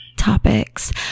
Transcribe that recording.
topics